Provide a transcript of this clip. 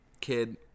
kid